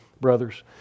brothers